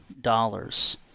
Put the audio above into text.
dollars